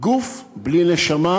גוף בלי נשמה,